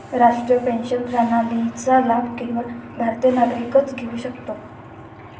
राष्ट्रीय पेन्शन प्रणालीचा लाभ केवळ भारतीय नागरिकच घेऊ शकतो